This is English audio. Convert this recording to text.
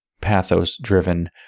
pathos-driven